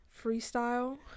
Freestyle